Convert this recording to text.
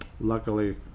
luckily